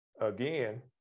again